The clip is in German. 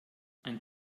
ein